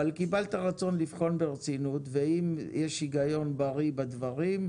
אבל קיבלת רצון לבחון ברצינות ואם יש היגיון בריא בדברים,